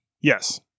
Yes